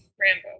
Rambo